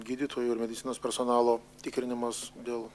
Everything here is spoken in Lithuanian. gydytojų ir medicinos personalo tikrinimas dėl